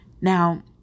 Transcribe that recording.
Now